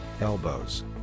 elbows